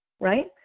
right